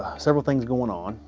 several things going on.